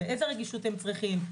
איזו רגישות הם צריכים,